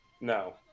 No